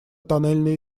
тоннельный